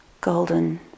golden